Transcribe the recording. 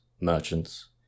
merchants